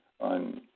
on